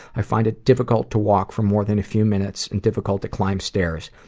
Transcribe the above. i find it difficult to walk for more than a few minutes, and difficult to climb stairs.